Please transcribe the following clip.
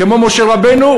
כמו משה רבנו,